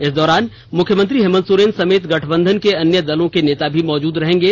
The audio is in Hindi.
इस दौरान मुख्यमंत्री हेमंत सोरेन समेत गठबंधन के अन्य दलों के नेता भी मौजूद रहेंगे